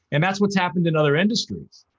and that's what's happened in other industries.